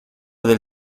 del